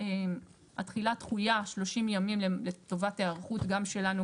התחילה דחויה 30 ימים לטובת היערכות גם שלנו,